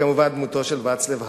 דמותו של ואצלב האוול.